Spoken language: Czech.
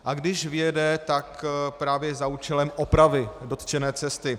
A když vyjede, tak právě za účelem opravy dotčené cesty.